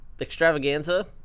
extravaganza